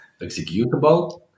executable